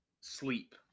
sleep